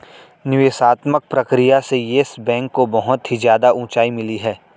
निवेशात्मक प्रक्रिया से येस बैंक को बहुत ही ज्यादा उंचाई मिली थी